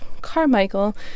Carmichael